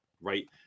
right